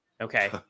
Okay